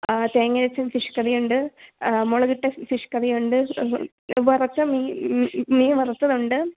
തേങ്ങ അരച്ച fish curry ഉണ്ട് മുളകിട്ട ഫിഷ് കറി ഉണ്ട് വറുത്ത മീൻ വറുത്തതുണ്ട്